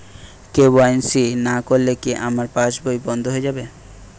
KYC না করলে কি আমার পাশ বই বন্ধ হয়ে যাবে?